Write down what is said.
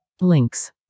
Links